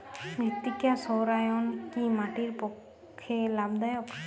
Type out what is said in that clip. মৃত্তিকা সৌরায়ন কি মাটির পক্ষে লাভদায়ক?